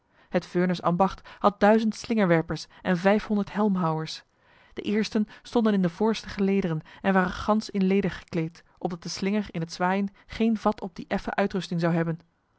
het veurnes ambacht had duizend slingerwerpers en vijfhonderd helmhouwers de eersten stonden in de voorste gelederen en waren gans in leder gekleed opdat de slinger in het zwaaien geen vat op die effen uitrusting zou hebben